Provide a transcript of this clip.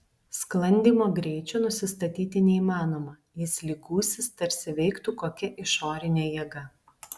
sklandymo greičio nusistatyti neįmanoma jis lyg gūsis tarsi veiktų kokia išorinė jėga